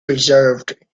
preserved